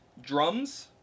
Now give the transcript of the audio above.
drums